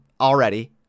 already